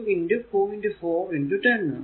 4 10 ആണ്